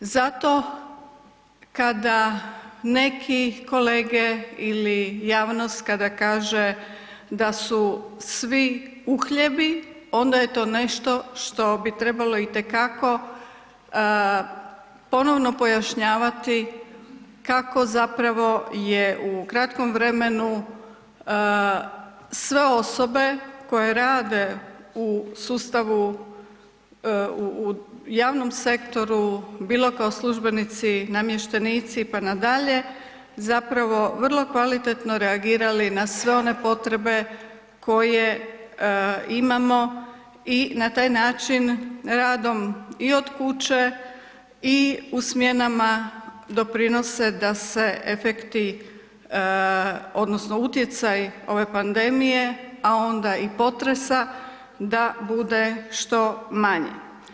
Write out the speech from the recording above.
Zato kada neki kolege ili javnost, kada kaže da su svi uhljebi, onda je to nešto što bi trebalo itekako ponovno pojašnjavati kako zapravo je u kratkom vremenu sve osobe koje rade u sustavu, u javnom sektoru, bilo kao službenici, namještenici pa nadalje, zapravo vrlo kvalitetno reagirali na sve one potrebe koje imamo i na taj način radom i od kuće i u smjenama doprinose da se efekti odnosno utjecaji ove pandemije, a onda i potresa, da bude što manji.